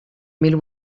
mil